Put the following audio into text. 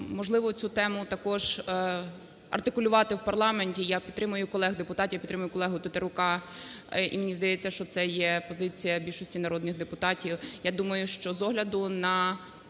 можливо, цю тему також артикулювати в парламенті, я підтримую колег депутатів, я підтримую колегу Тетерука. І мені здається, що це є позиція більшості народних депутатів. Я думаю, що з огляду на